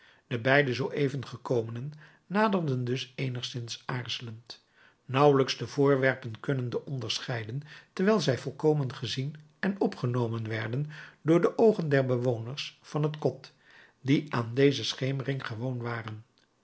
de beide zoo even gekomenen naderden dus eenigszins aarzelend nauwelijks de voorwerpen kunnende onderscheiden terwijl zij volkomen gezien en opgenomen werden door de oogen der bewoners van het kot die aan deze schemering gewoon waren